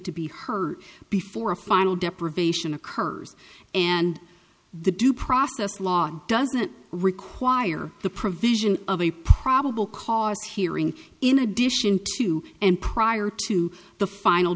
to be heard before a final deprivation occurs and the due process law doesn't require the provision of a probable cause hearing in addition to and prior to the final